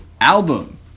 Album